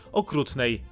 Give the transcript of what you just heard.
okrutnej